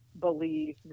believe